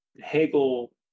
hegel